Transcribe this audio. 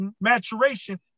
maturation